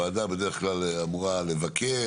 ועדה בדרך כלל אמורה לבקר,